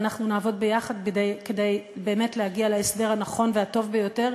ואנחנו נעבוד ביחד כדי באמת להגיע להסדר הנכון והטוב ביותר,